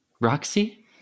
Roxy